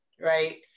right